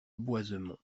boisemont